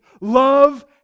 Love